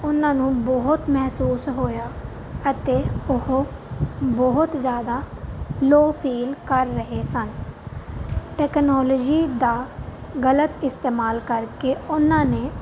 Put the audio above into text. ਉਹਨਾਂ ਨੂੰ ਬਹੁਤ ਮਹਿਸੂਸ ਹੋਇਆ ਅਤੇ ਉਹ ਬਹੁਤ ਜ਼ਿਆਦਾ ਲੋ ਫੀਲ ਕਰ ਰਹੇ ਸਨ ਟੈਕਨੋਲਜੀ ਦਾ ਗਲਤ ਇਸਤੇਮਾਲ ਕਰਕੇ ਉਹਨਾਂ ਨੇ